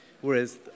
whereas